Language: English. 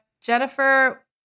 Jennifer